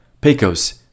Pecos